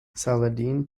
saladin